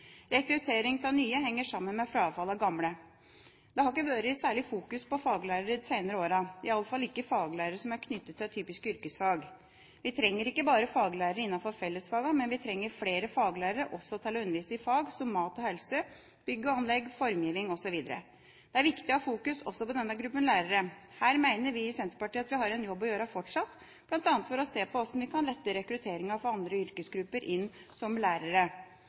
Rekruttering av nye henger sammen med frafall av gamle. Det har ikke vært særlig fokus på faglærerne de seinere åra, i alle fall ikke faglærere som er knyttet til typiske yrkesfag. Vi trenger ikke bare faglærere innenfor fellesfagene, men vi trenger flere faglærere også til å undervise i fag som mat og helse, bygg og anlegg, formgiving osv. Det er viktig å ha fokus også på denne gruppen lærere. Her mener vi i Senterpartiet at vi har en jobb å gjøre fortsatt, bl.a. for å se på hvordan vi kan lette rekrutteringen fra andre yrkesgrupper inn som lærere.